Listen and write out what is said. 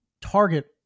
target